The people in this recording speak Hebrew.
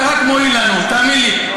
אתה רק מועיל לנו, תאמין לי.